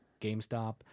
GameStop